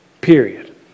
Period